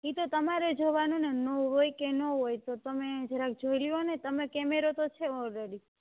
એ તો તમારે જોવાનુંને નો હોયકે નો હોય તો તમે જરાક જોઈ લોને તમે કેમેરો તો છે ઓલરેડી